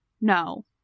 No